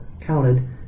counted